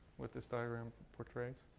what this diagram portrays?